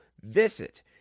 visit